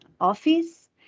office